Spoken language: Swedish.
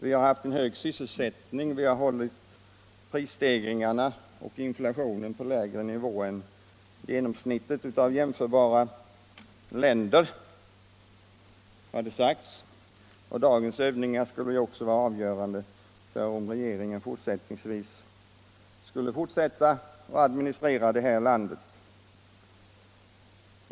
Vi har haft en hög sysselsättning, och vi har hållit prisstegringarna och inflationen på lägre nivå än genomsnittet av jämförbara länder, har det sagts. Dagens övningar skulle även vara avgörande för om den nuvarande regeringen fortsättningsvis skall administrera det här landet.